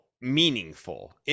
meaningful